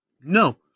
No